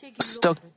stuck